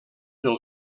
del